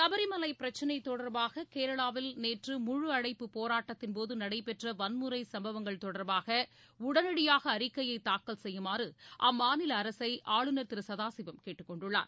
சபரிமலை பிரச்னை தொடர்பாக கேரளாவில் நேற்று முழு அடைப்பு போராட்டத்தின்போது நடைபெற்ற வன்முறை சும்பவங்கள் தொடர்பாக உடனடியாக அறிக்கையை தாக்கல் செய்யுமாறு அம்மாநில அரசை ஆளுநர் திரு சதாசிவம் கேட்டுக்கொண்டுள்ளார்